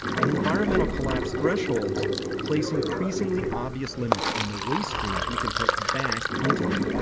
and environmental collapse thresholds place increasingly obvious limits on the waste streams we can put back into it.